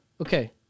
Okay